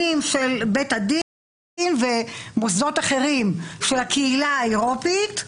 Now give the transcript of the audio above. של בית הדין ומוסדות אחרים של הקהילה האירופאית.